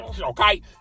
okay